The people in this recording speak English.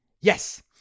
Yes